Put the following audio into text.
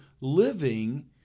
living